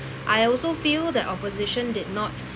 I also feel that opposition did not